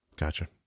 Gotcha